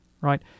Right